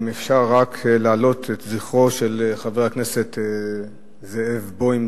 אם אפשר רק להעלות את זכרו של חבר הכנסת זאב בוים,